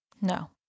No